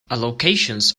allocations